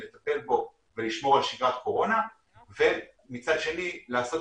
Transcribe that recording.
לטפל בו ולשמור על שגרת קורונה ומצד שני לעשות